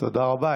תודה רבה.